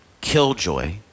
killjoy